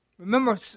Remember